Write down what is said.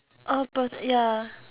oh purse ya